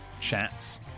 Chats